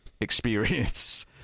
experience